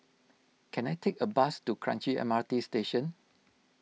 can I take a bus to Kranji M R T Station